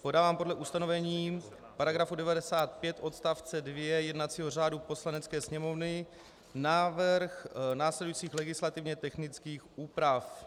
Podávám podle ustanovení § 95 odst. 2 jednacího řádu Poslanecké sněmovny návrh následujících legislativně technických úprav.